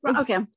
Okay